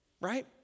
Right